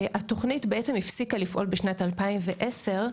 התוכנית בעצם הפסיקה לפעול בשנת 2010,